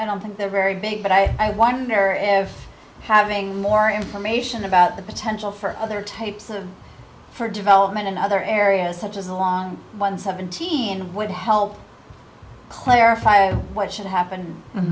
i don't think they're very big but i wonder if having more information about the potential for other types of for development in other areas such as along one seventeen would help clarify what should happen in